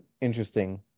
interesting